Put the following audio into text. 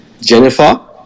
Jennifer